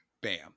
bam